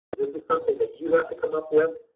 this is something that you have to come up with,